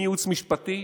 מייעוץ משפטי